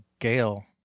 Gail